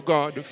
God